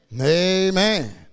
Amen